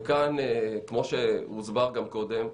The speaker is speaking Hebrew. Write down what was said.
וכאן כמו שהוסבר גם קודם,